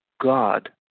God